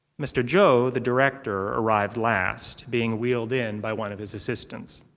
mr. zhou, the director, arrived last, being wheeled in by one of his assistants.